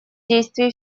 действий